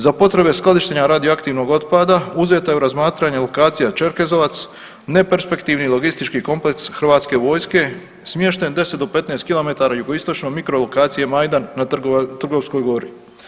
Za potrebe skladištenja radioaktivnog otpada uzeta je u razmatranje lokacija Čerkezovac neperspektivni logistički kompleks Hrvatske vojske smješten 10 do 15 km jugoistočno mikro lokacija Majdan na Trgovskoj gori.